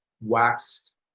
waxed